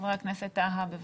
חבר הכנסת טאהא, בבקשה.